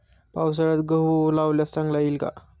पावसाळ्यात गहू लावल्यास चांगला येईल का?